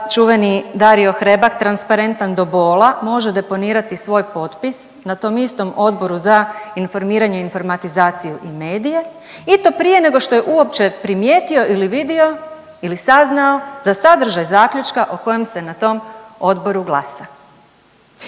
čuveni Dario Hrebak transparentan do bola može deponirati svoj potpis na tom istom Odboru za informiranje, informatizaciju i medije i to prije nego što je uopće primijetio ili vidio ili saznao za sadržaj zaključka o kojem se na tom odboru glasa?